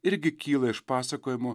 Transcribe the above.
irgi kyla iš pasakojimų